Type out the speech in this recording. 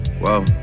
whoa